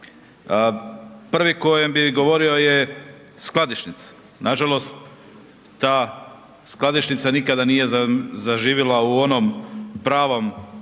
Prvi kojem bi govorio je skladišnici. Nažalost, ta skladišnica nikada nije zaživjela u onom pravom obliku